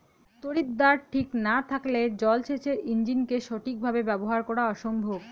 তড়িৎদ্বার ঠিক না থাকলে জল সেচের ইণ্জিনকে সঠিক ভাবে ব্যবহার করা অসম্ভব